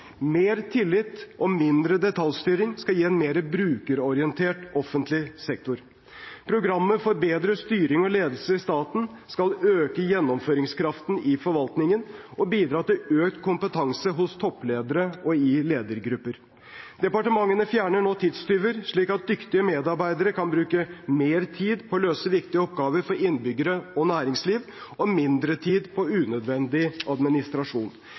Mer tillit og mindre detaljstyring skal gi en mer brukerorientert offentlig sektor. Programmet for bedre styring og ledelse i staten skal øke gjennomføringskraften i forvaltningen og bidra til økt kompetanse hos topplederne og i ledergruppene. Departementene fjerner nå tidstyver, slik at dyktige medarbeidere kan bruke mer tid på å løse viktige oppgaver for innbyggere og næringsliv og mindre tid på unødvendig administrasjon.